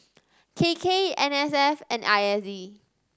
K K N S F and I S D